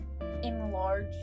enlarge